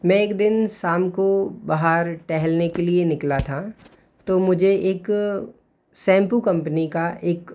मैं एक दिन शाम को बाहर टहलने की लिए निकला था तो मुझे एक शैम्पू कंपनी का एक